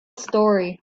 story